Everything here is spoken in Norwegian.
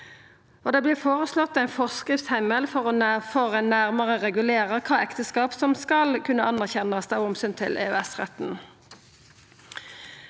Det vert føreslått ein forskriftsheimel for nærmare å regulera kva ekteskap som skal kunna anerkjennast av omsyn til EØS-retten.